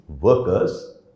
workers